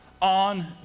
on